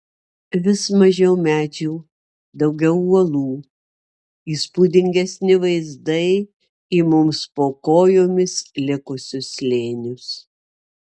vis mažiau medžių daugiau uolų įspūdingesni vaizdai į mums po kojomis likusius slėnius